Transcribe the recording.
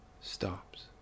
stops